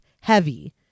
heavy